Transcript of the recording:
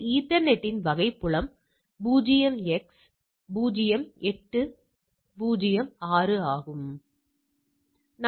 எனவே நாம் சோதனை புள்ளிவிவரங்களைத் தயாரிக்கிறோம் பின்னர் மேல் எல்லைகளுக்கான அட்டவணை மற்றும் கீழ் எல்லைகளுக்கான அட்டவணை இரண்டிலிருந்தும் ஒப்பிடுகிறோம்